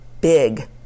big